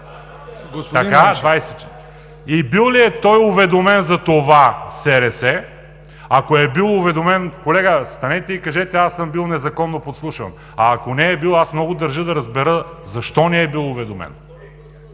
И бил ли е той уведомен за това СРС? Ако е бил уведомен – колега, станете и кажете: „Аз съм бил незаконно подслушван.“ А ако не е бил, много държа да разбера защо не е бил уведомен?